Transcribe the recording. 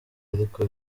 ariko